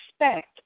respect